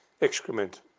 excrement